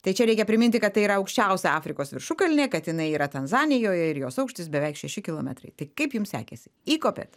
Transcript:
tai čia reikia priminti kad tai yra aukščiausia afrikos viršukalnė kad jinai yra tanzanijoj ir jos aukštis beveik šeši kilometrai tai kaip jum sekėsi įkopėt